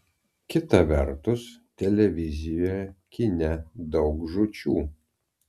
kita vertus televizijoje kine daug žūčių